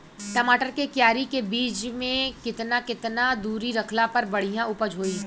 टमाटर के क्यारी के बीच मे केतना केतना दूरी रखला पर बढ़िया उपज होई?